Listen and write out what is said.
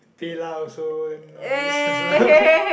paylah also then now this